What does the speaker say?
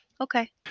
Okay